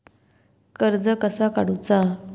कर्ज कसा काडूचा?